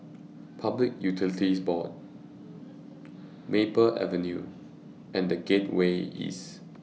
Public Utilities Board Maple Avenue and The Gateway East